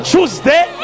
Tuesday